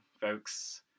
folks